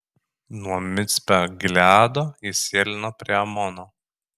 nuo micpe gileado jis sėlino prie amono